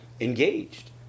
engaged